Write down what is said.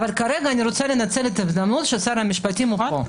כרגע אני רוצה לנצל את ההזדמנות ששר המשפטים פה.